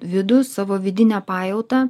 vidų savo vidine pajauta